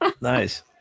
Nice